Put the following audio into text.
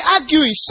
arguing